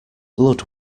blood